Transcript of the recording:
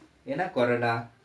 என்ன:enna corona